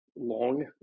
long